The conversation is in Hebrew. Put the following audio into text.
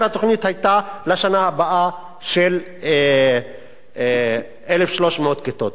התוכנית לשנה הבאה היתה של 1,300 כיתות.